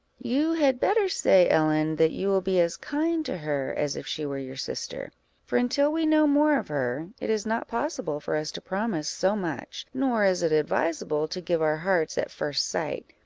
you had better say, ellen, that you will be as kind to her as if she were your sister for until we know more of her, it is not possible for us to promise so much nor is it advisable to give our hearts at first sight,